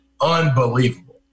unbelievable